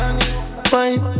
Fine